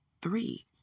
three